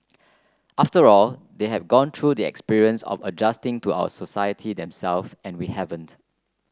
after all they have gone through the experience of adjusting to our society themselves and we haven't